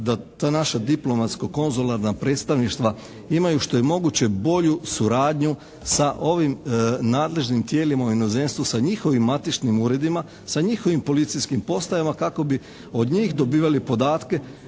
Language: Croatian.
da ta naša diplomatsko-konzularna predstavništva imaju što je moguće bolju suradnju sa ovim nadležnim tijelima u inozemstvu, sa njihovim matičnim uredima, sa njihovim policijskim postajama kako bi od njih dobivali podatke